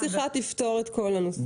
בקיצור, הקלטת שיחה תפתור את כל הנושא.